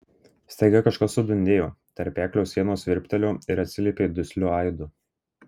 staiga kažkas sudundėjo tarpeklio sienos virptelėjo ir atsiliepė dusliu aidu